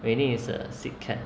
rainy is a sick cat